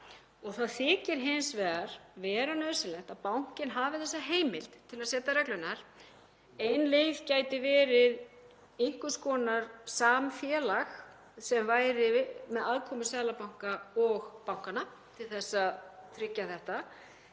í.) Það þykir hins vegar vera nauðsynlegt að bankinn hafi þessa heimild til að setja reglurnar. Ein leið gæti verið einhvers konar samfélag sem væri, með aðkomu Seðlabanka og bankanna, til að tryggja þetta.